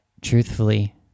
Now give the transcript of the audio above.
truthfully